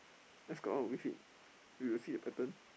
let's come up with we will see the pattern